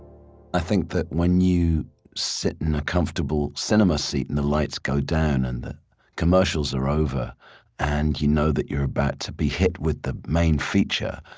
i think that when you sit in a comfortable cinema seat and the lights go down and the commercials are over and you know that you're about to be hit with the main feature,